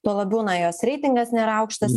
tuo labiau na jos reitingas nėra aukštas